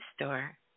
store